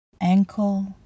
ankle